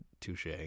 touche